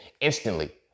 instantly